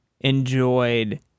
enjoyed